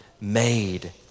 made